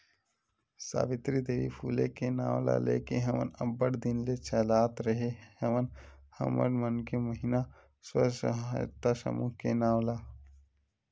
सावित्री देवी फूले के नांव ल लेके हमन अब्बड़ दिन ले चलात रेहे हवन हमर मन के महिना स्व सहायता समूह के नांव ला